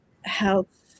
health